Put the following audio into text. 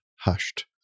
hushed